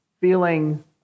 feeling